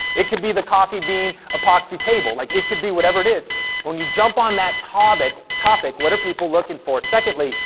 it could be the coffee bean epoxy table, like it could be whatever it is, but when you jump on that topic, what are people looking for, secondly,